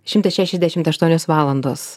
šimtas šešiasdešimt aštuonios valandos